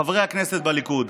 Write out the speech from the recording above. חברי הכנסת בליכוד: